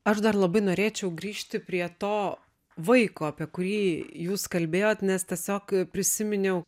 aš dar labai norėčiau grįžti prie to vaiko apie kurį jūs kalbėjot nes tiesiog prisiminiau